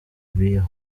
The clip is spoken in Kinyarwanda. biya